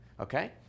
okay